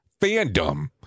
fandom